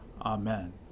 Amen